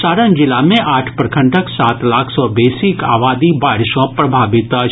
सारण जिला मे आठ प्रखंडक सात लाख सॅ बेसीक आबादी बाढ़ि सॅ प्रभावित अछि